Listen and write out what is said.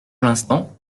l’instant